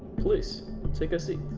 please take a seat.